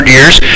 years